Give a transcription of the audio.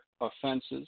offenses